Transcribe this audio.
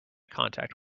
contact